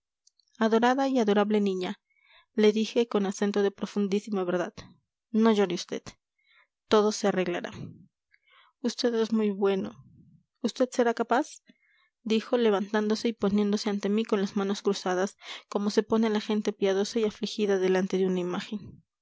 adorada y adorable niña le dije con acento de profundísima verdad no llore usted todo se arreglará vd es muy bueno vd será capaz dijo levantándose y poniéndose ante mí con las manos cruzadas como se pone la gente piadosa y afligida delante de una imagen